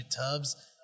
tubs